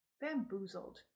bamboozled